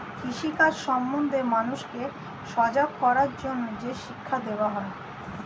কৃষি কাজ সম্বন্ধে মানুষকে সজাগ করার জন্যে যে শিক্ষা দেওয়া হয়